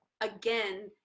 again